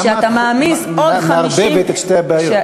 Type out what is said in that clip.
למה את מערבבת את שתי הבעיות?